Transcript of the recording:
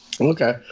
Okay